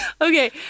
Okay